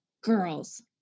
Girls